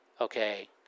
Okay